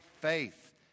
faith